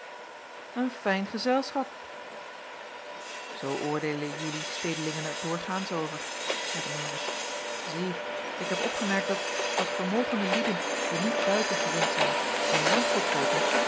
een fijn gezelschap zoo oordeelen jijlui stedelingen er doorgaans over jacob van ennep laasje evenster zeide maurits zie ik heb opgemerkt dat als vermogende lieden die niet buiten gewend zijn een landgoed koopen